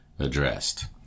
addressed